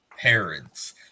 parents